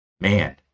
man